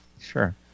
Sure